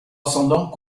ascendant